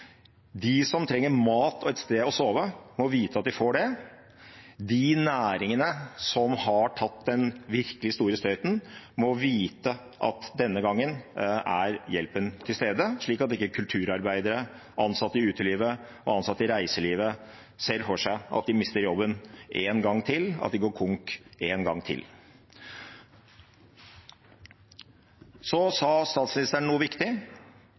De som trenger mat og et sted å sove, må vite at de får det. De næringene som har tatt den virkelig store støyten, må vite at denne gangen er hjelpen til stede, slik at ikke kulturarbeidere, ansatte i utelivet og ansatte i reiselivet ser for seg at de mister jobben en gang til, at de går konk en gang til. Statsministeren sa noe viktig: